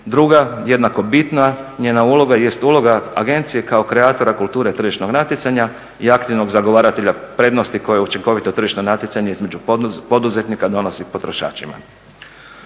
Druga, jednako bitna njena uloga jest uloga agencije kao kreatora kulture tržišnog natjecanja i aktivnog zagovaratelja prednosti koje učinkovito tržišno natjecanje između poduzetnika donosi potrošačima.